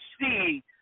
see